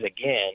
again